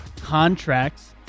contracts